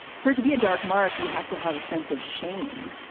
for it to be a dark mark, you have to have a sense of shame.